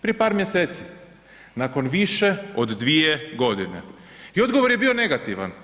Prije par mjeseci, nakon više od 2 godine i odgovor je bio negativan.